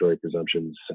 presumptions